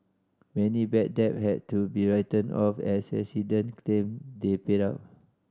many bad debt had to be written off as resident claim they paid up